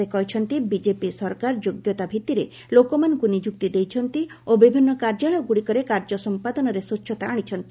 ସେ କହିଛନ୍ତି ବିଜେପି ସରକାର ଯୋଗ୍ୟତା ଭିତ୍ତିରେ ଲୋକମାନଙ୍କୁ ନିଯୁକ୍ତି ଦେଇଛନ୍ତି ଓ ବିଭିନ୍ନ କାର୍ଯ୍ୟାଳୟଗୁଡ଼ିକରେ କାର୍ଯ୍ୟ ସମ୍ପାଦନାରେ ସ୍ୱଚ୍ଚତା ଆଣିଛନ୍ତି